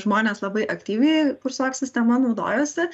žmonės labai aktyviai kursuok sistema naudojosi